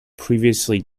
previously